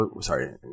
Sorry